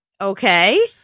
Okay